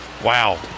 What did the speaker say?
Wow